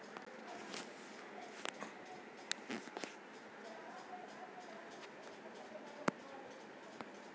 share के मालिकाना सबूत के तौर पर शेयर सर्टिफिकेट्स जारी कइल जाय हइ